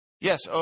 Yes